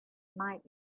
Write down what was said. might